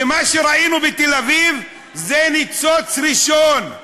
ומה שראינו בתל-אביב זה ניצוץ ראשון.